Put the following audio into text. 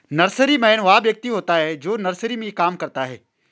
nurseryman वह व्यक्ति होता है जो नर्सरी में काम करता है